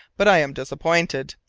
but i am disappointed.